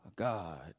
God